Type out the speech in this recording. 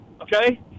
okay